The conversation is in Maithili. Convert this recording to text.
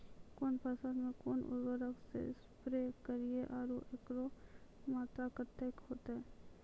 कौन फसल मे कोन उर्वरक से स्प्रे करिये आरु एकरो मात्रा कत्ते होते?